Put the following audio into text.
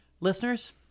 Listeners